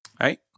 Right